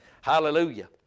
Hallelujah